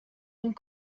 une